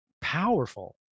powerful